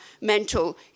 mental